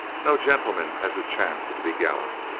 no gentleman has a chance to be gallant.